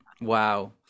Wow